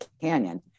canyon